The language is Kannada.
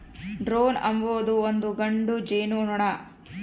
ಡ್ರೋನ್ ಅಂಬೊದು ಒಂದು ಗಂಡು ಜೇನುನೊಣ